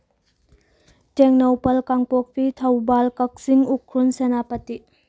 ꯇꯦꯡꯅꯧꯄꯜ ꯀꯥꯡꯄꯣꯛꯄꯤ ꯊꯧꯕꯥꯜ ꯀꯛꯆꯤꯡ ꯎꯈ꯭ꯔꯨꯜ ꯁꯦꯅꯥꯄꯇꯤ